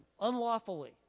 unlawfully